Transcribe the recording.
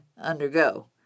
undergo